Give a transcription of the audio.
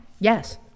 Yes